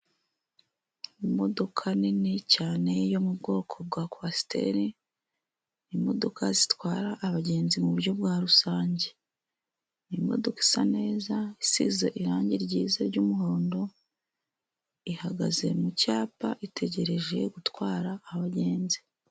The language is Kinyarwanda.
Imodoka nini cyane yo mu bwoko bwa kwasiteri, imodoka zitwara abagenzi mu buryo bwa rusange, ni imodoka isa neza isize irangi ryiza ry'umuhondo, ihagaze mu cyapa itegereje gutwara abagenzi.